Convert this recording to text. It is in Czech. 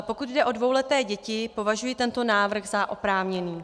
Pokud jde o dvouleté děti, považuji tento návrh za oprávněný.